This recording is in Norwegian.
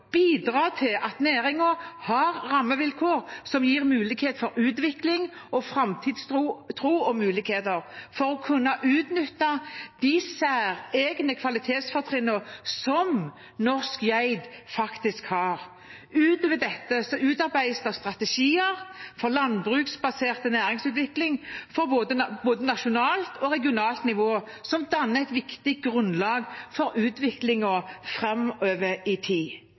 bidra til at næringen har rammevilkår som gir mulighet for utvikling og framtidstro og til å kunne utnytte de særegne kvalitetsfortrinnene som norsk geit faktisk har. Utover dette utarbeides det strategier for landbruksbasert næringsutvikling på både nasjonalt og regionalt nivå som danner et viktig grunnlag for utviklingen framover i tid.